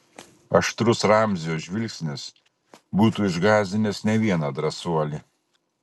aštrus ramzio žvilgsnis būtų išgąsdinęs ne vieną drąsuolį